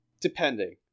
depending